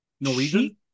Norwegian